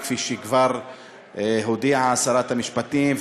וכפי שכבר הודיעה שרת המשפטים,